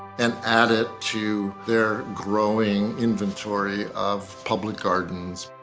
and add it to their growing inventory of public gardens.